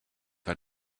had